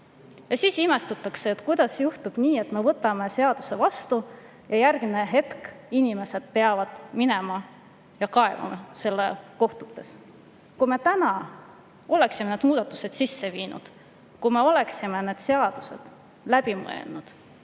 Ja siis imestatakse, kuidas juhtub nii, et me võtame seaduse vastu, ja järgmine hetk inimesed peavad minema ja kaebama selle kohtusse. Kui me oleksime need muudatused sisse viinud, kui me oleksime need seadused läbi mõelnud,